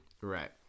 Right